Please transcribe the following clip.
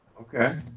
okay